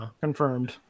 confirmed